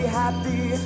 happy